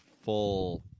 full